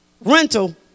rental